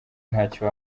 ntacyo